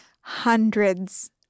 hundreds